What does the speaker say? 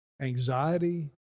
anxiety